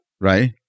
Right